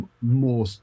more